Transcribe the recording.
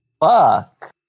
Fuck